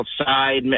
outside